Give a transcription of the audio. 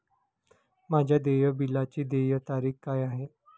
माझ्या देय बिलाची देय तारीख काय आहे?